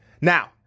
Now